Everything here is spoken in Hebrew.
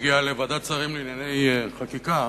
והגיעה לוועדת שרים לענייני חקיקה,